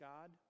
God